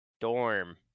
Dorm